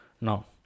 Now